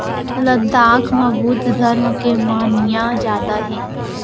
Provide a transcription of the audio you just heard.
लद्दाख म बुद्ध धरम के मनइया जादा हे